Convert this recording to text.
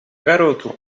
garoto